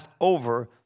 over